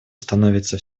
становится